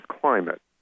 climate